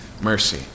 mercy